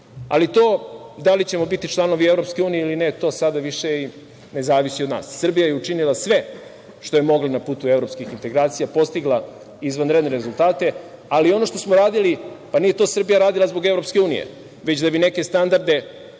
ali to da li ćemo biti članovi EU ili ne, to sada više i ne zavisi od nas. Srbija je učinila sve što je mogla na putu evropskih integracija, postigla izvanredne rezultate, ali ono što smo uradili pa nije to Srbija radila zbog EU, već da bi neke standarde,